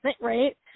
Right